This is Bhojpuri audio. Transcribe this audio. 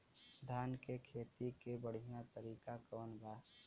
धान के खेती के बढ़ियां तरीका कवन बा?